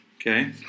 Okay